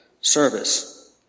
service